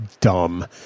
dumb